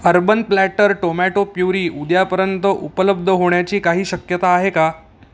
urban Platter tomato puree उद्यापर्यंत उपलब्ध होण्याची काही शक्यता आहे का